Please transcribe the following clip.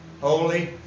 Holy